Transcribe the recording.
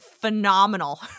phenomenal